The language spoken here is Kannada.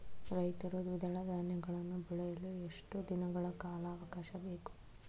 ರೈತರು ದ್ವಿದಳ ಧಾನ್ಯಗಳನ್ನು ಬೆಳೆಯಲು ಎಷ್ಟು ದಿನಗಳ ಕಾಲಾವಾಕಾಶ ಬೇಕು?